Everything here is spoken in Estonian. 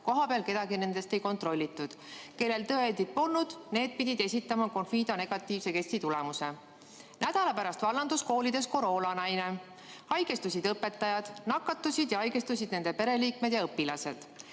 kohapeal kedagi nendest ei kontrollitud. Kellel tõendit polnud, need pidid esitama Confido negatiivse testitulemuse. Nädala pärast vallandus koolides koroonalaine, haigestusid õpetajad, nakatusid ja haigestusid nende pereliikmed ja õpilased.